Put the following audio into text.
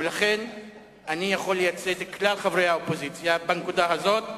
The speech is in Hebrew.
ולכן אני יכול לייצג את כלל חברי האופוזיציה בנקודה הזאת,